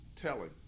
telling